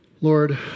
Lord